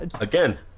Again